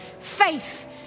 faith